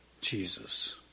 Jesus